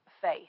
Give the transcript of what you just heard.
faith